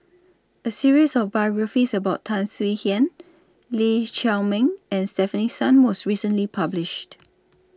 A series of biographies about Tan Swie Hian Lee Chiaw Meng and Stefanie Sun was recently published